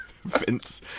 Vince